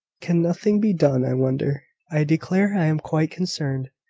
can nothing be done, i wonder. i declare i am quite concerned.